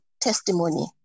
testimony